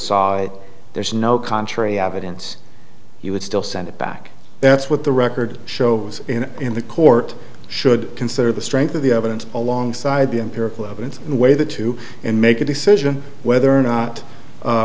saw it there's no contrary evidence you would still send it back that's what the record shows in the court should consider the strength of the evidence alongside the empirical evidence in the way that to make a decision whether or not